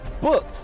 book